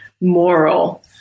moral